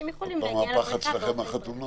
עוד פעם פחד הזה מהחתונות.